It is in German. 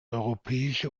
europäische